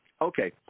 okay